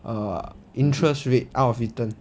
err interest rate out of return